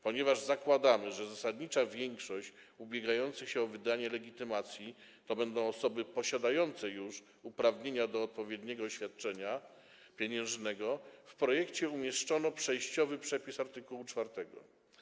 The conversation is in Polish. Ponieważ zakładamy, że zasadniczą większość ubiegających się o wydanie legitymacji będą stanowiły osoby posiadające już uprawnienia do odpowiedniego świadczenia pieniężnego, w projekcie umieszczono przejściowy przepis, art. 4.